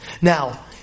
Now